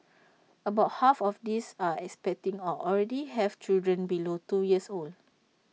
about half of these are expecting or already have children below two years old